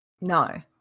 no